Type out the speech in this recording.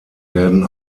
werden